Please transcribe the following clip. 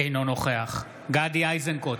אינו נוכח גדי איזנקוט,